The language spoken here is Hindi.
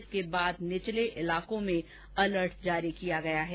इसके बाद निचले इलाकों में अलर्ट जारी किय गया है